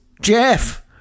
Jeff